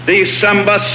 December